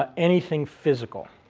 ah anything physical.